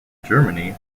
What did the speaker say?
germany